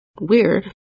weird